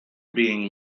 being